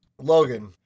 logan